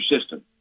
system